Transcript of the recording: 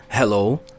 Hello